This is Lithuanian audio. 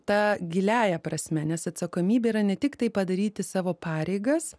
ta giliąja prasme nes atsakomybė yra ne tik tai padaryti savo pareigas